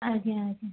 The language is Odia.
ଆଜ୍ଞା ଆଜ୍ଞା